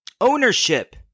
ownership